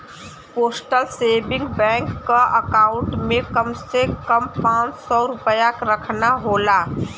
postal saving bank क account में कम से कम पांच सौ रूपया रखना होला